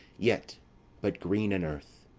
yet but green in earth,